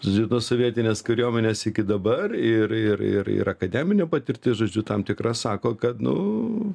žodžiu nuo sovietinės kariuomenės iki dabar ir ir ir ir akademinė patirtis žodžiu tam tikra sako kad nu